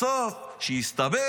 בסוף, כשהסתבר